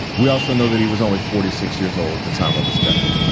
we also know that he was only forty six years old at the time of his death.